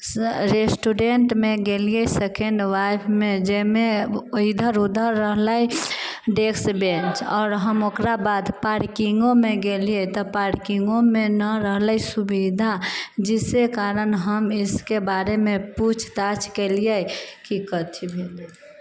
रेस्टोरेन्टमे गेलिऐ second wife मे जाहिमे इधर उधर रहलै डेस्क बेन्च आओर हम ओकरा बाद पार्किन्गोमे गेलियै तऽ पार्किन्गोमे नहि रहलै सुविधा जिसके कारण हम इसके बारेमे पूछताछ कयलियै की कथी भेल